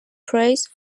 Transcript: praise